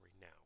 now